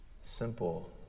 simple